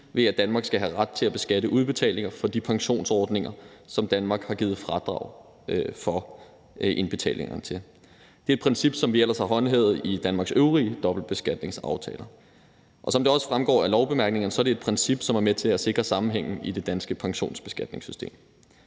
om, at Danmark skal have ret til at beskatte udbetalinger fra de pensionsordninger, som Danmark har givet fradrag for indbetalingerne til. Det er et princip, som vi ellers har håndhævet i Danmarks øvrige dobbeltbeskatningsaftaler. Og som det også fremgår af lovbemærkningerne, er det et princip, som er med til at sikre sammenhængen i det danske pensionsbeskatningssystem.